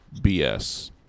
BS